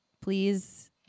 please